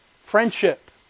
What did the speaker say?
Friendship